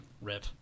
Rip